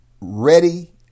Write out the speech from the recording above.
ready